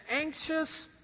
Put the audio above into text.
anxious